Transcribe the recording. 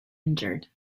injured